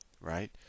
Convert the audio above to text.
right